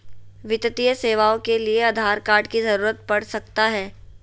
वित्तीय सेवाओं के लिए आधार कार्ड की जरूरत पड़ सकता है?